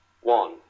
one